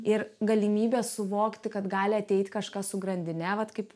ir galimybė suvokti kad gali ateit kažkas su grandine vat kaip